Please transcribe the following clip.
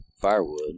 firewood